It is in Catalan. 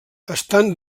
estan